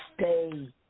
Stay